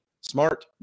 smart